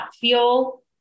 feel